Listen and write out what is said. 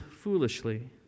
foolishly